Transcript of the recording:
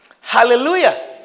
Hallelujah